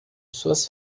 suas